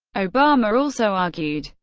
obama also argued,